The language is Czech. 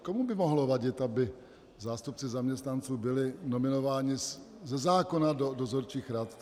Komu by mohlo vadit, aby zástupci zaměstnanců byli nominováni ze zákona do dozorčích rad?